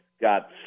got